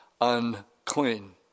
unclean